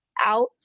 out